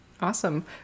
Awesome